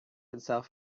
itself